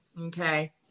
okay